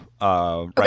right